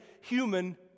human